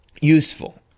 useful